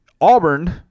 Auburn